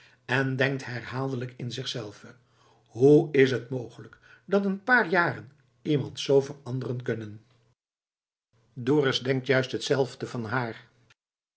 en denkt herhaaldelijk in zichzelve hoe is t mogelijk dat een paar jaren iemand zoo veranderen kunnen dorus denkt juist hetzelfde van haar